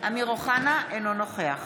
אינו נוכח